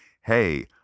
hey